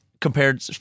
compared –